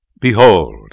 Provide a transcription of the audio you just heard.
Behold